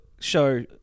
show